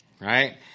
right